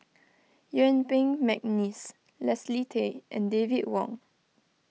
Yuen Peng McNeice Leslie Tay and David Wong